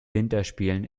winterspielen